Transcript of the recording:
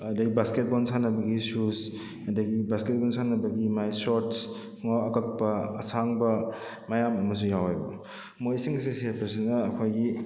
ꯑꯗꯨꯗꯩ ꯕꯥꯁꯀꯦꯠꯕꯣꯟ ꯁꯥꯟꯅꯕꯒꯤ ꯁꯨꯁ ꯑꯗꯨꯗꯒꯤ ꯕꯥꯁꯀꯦꯠꯕꯣꯟ ꯁꯥꯟꯅꯕꯒꯤ ꯃꯥꯒꯤ ꯁꯣꯔꯠꯁ ꯈꯣꯉꯥꯎ ꯑꯀꯛꯄ ꯑꯁꯥꯡꯕ ꯃꯌꯥꯝ ꯑꯃꯁꯨ ꯌꯥꯎꯋꯦꯕ ꯃꯣꯏꯁꯤꯡ ꯑꯁꯦ ꯁꯦꯠꯄꯁꯤꯅ ꯑꯩꯈꯣꯏꯒꯤ